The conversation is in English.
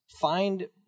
find